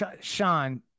Sean